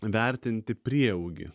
vertinti prieaugį